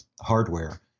hardware